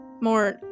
more